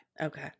okay